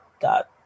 dot